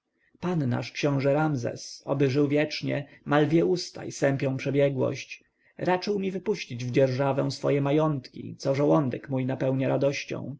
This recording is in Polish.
pan nasz książę ramzes oby żył wiecznie ma lwie usta i sępią przebiegłość raczył mi wypuścić w dzierżawę swoje majątki co żołądek mój napełniło radością